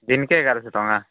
ଦିନକୁ ଏଗାରଶହ ଟଙ୍କା